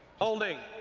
holding.